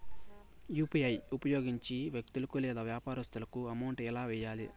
UPI ఉపయోగించి వ్యక్తులకు లేదా వ్యాపారస్తులకు అమౌంట్ ఎలా వెయ్యాలి